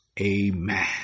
Amen